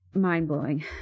Mind-blowing